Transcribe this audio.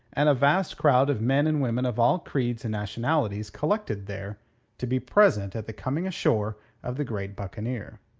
and a vast crowd of men and women of all creeds and nationalities collected there to be present at the coming ashore of the great buccaneer.